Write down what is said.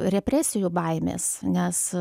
represijų baimės nes